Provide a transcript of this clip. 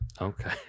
Okay